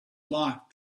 locked